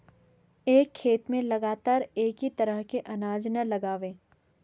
एक खेत में लगातार एक ही तरह के अनाज न लगावें